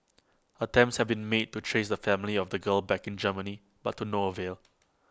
attempts have been made to trace the family of the girl back in Germany but to no avail